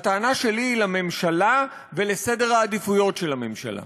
הטענה שלי היא לממשלה ועל סדר העדיפויות של הממשלה.